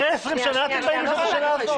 אחרי עשרים שנה אתם באים עם השאלה הזאת?